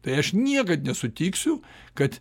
tai aš niekad nesutiksiu kad